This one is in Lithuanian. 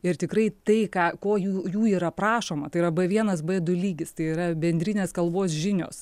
ir tikrai tai ką ko jų jų yra prašoma tai yra b vienas b du lygis tai yra bendrinės kalbos žinios